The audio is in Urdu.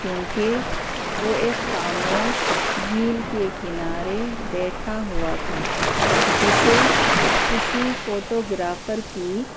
کیونکہ وہ ایک خاموش جھیل کے کنارے بیٹھا ہوا تھا جسے کسی فوٹوگرافر کی